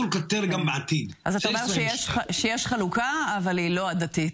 האינפלציה שמרימה את הראש,